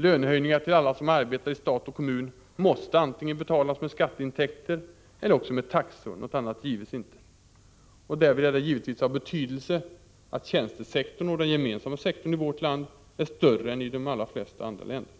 Lönehöjningar till alla som arbetar i stat och kommun måste antingen betalas med skatteintäkter eller också med taxor, något annat gives inte. Och därvid är det givetvis av betydelse att tjänstesektorn och den gemensamma sektorn i vårt land är större än i de allra flesta andra länder.